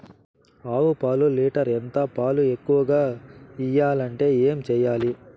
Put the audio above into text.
ఆవు పాలు లీటర్ ఎంత? పాలు ఎక్కువగా ఇయ్యాలంటే ఏం చేయాలి?